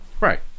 Right